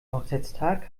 hochzeitstag